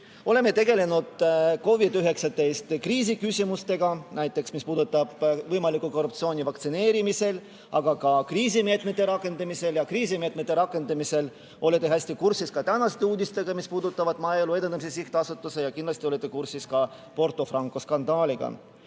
Oleme tegelenud COVID-19 kriisi küsimustega, näiteks mis puudutab võimalikku korruptsiooni vaktsineerimisel, aga ka kriisimeetmete rakendamisel. Kriisimeetmete rakendamise puhul olete hästi kursis ka tänaste uudistega, mis puudutavad Maaelu Edendamise Sihtasutust, ja kindlasti olete kursis ka Porto Franco skandaaliga.